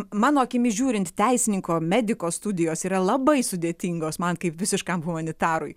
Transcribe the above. mano akimis žiūrint teisininko mediko studijos yra labai sudėtingos man kaip visiškam humanitarui